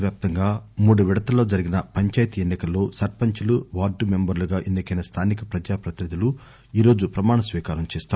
రాష్ట వ్యాప్తంగా మూడు విడతల్లో జరిగిన పంచాయతీ ఎన్నికల్లో సర్పంచులు వార్డు మెంబర్లుగా ఎన్నికైన స్థానిక ప్రజా ప్రతినిధులు ఈ రోజు ప్రమాణస్వీకారం చేస్తారు